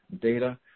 data